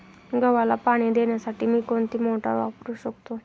गव्हाला पाणी देण्यासाठी मी कोणती मोटार वापरू शकतो?